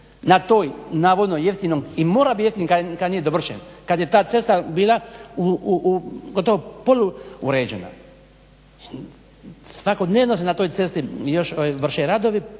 na toj navodno jeftinom i mora biti jeftin kad nije dovršen, kad je ta cesta bila u gotovo poluuređena, svakodnevno se na toj cesti još vrše radovi,